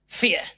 fear